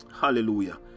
Hallelujah